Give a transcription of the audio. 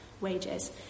wages